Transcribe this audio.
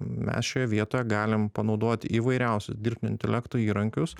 mes šioje vietoje galim panaudoti įvairiausius dirbtinio intelekto įrankius